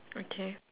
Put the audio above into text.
okay